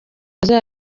azaba